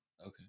okay